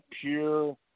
pure